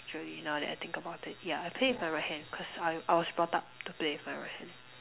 actually now that I think about it ya I play with my right hand cause I was I was brought up to play with my right hand